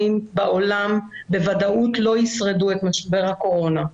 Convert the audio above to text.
בעולם בוודאות לא ישרדו את משבר הקורונה.